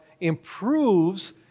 improves